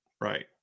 Right